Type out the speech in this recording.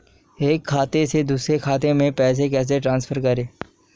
एक खाते से दूसरे खाते में पैसे कैसे ट्रांसफर करें?